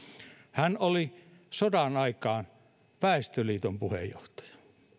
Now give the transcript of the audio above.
hän oli sodan aikaan väestöliiton puheenjohtaja